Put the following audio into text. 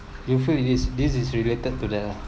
you feel this this is related to the